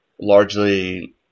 largely